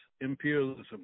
imperialism